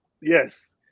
yes